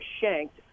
shanked